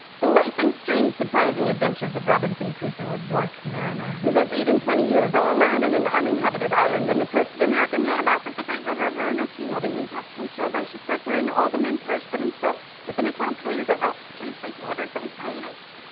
the life and strange, surprising adventures of robinson crusoe of york, mariner, who lived eight and twenty years all alone in and an uninhabited island on the coast of america near the mouth of the great river nookie, having been cast on shore by shipwreck wherein all the men perished but himself, with an account how he was at last strangely delivered by pirates.